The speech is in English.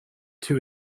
too